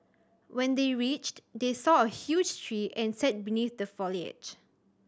when they reached they saw a huge tree and sat beneath the foliage